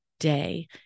day